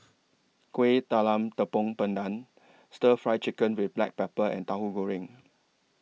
Kuih Talam Tepong Pandan Stir Fry Chicken with Black Pepper and Tauhu Goreng